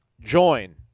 join